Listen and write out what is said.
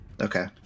Okay